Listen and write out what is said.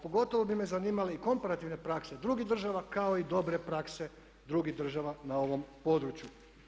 Pogotovo bi me zanimale komparativne prakse drugih država kao i dobre prakse drugih država na ovom području.